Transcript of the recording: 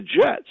Jets